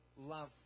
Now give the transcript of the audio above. love